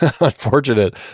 unfortunate